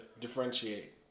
differentiate